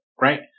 right